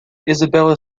isabella